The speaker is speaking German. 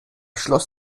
schloss